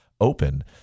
Open